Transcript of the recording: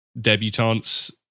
debutants